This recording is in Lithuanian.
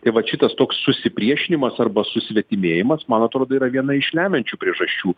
tai vat šitas toks susipriešinimas arba susvetimėjimas man atrodo yra viena iš lemiančių priežasčių